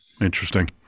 Interesting